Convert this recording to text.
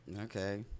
Okay